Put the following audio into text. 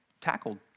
tackled